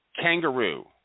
kangaroo